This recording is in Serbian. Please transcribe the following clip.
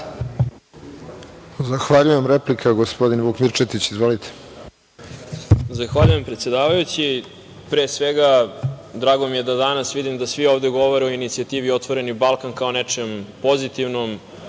Zahvaljujem. Replika, Vuk Mirčetić. Izvolite. **Vuk Mirčetić** Zahvaljujem predsedavajući. Pre svega, drago mi je da danas vidim da svi ovde govore o inicijativi "Otvoreni Balkan" kao o nečem pozitivnom.